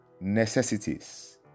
necessities